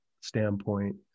standpoint